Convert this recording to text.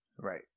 Right